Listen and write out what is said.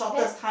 then